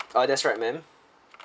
uh that's right ma'am